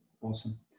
awesome